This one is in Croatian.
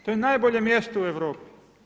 To je najbolje mjesto u Europi.